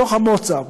מתוך הווטסאפ,